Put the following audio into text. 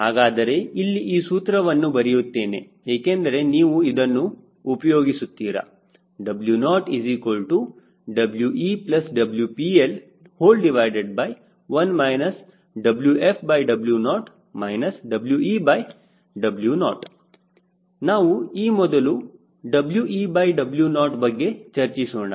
ಹಾಗಾದರೆ ಇಲ್ಲಿ ಈ ಸೂತ್ರವನ್ನು ಬರೆಯುತ್ತೇನೆ ಏಕೆಂದರೆ ನೀವು ಇದನ್ನು ಉಪಯೋಗಿಸುತ್ತೀರಾ W0WcWPL1 WfW0 WeW0 ನಾವು ಈ ಮೊದಲು WeW0 ಬಗ್ಗೆ ಚರ್ಚಿಸೋಣ